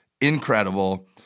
incredible